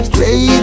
Play